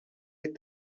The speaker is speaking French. les